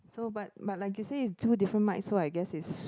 so but but like you say it's two different mic so I guess it's